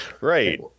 Right